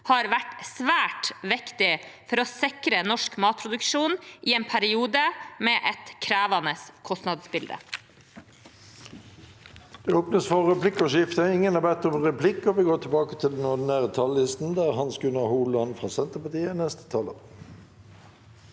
har vært svært viktig for å sikre norsk matproduksjon i en periode med et krevende kostnadsbilde.